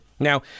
Now